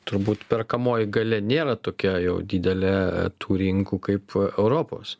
turbūt perkamoji galia nėra tokia jau didelė tų rinkų kaip europos